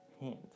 hand